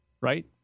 right